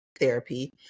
Therapy